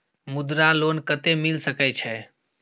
मुद्रा लोन कत्ते मिल सके छै?